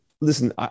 listen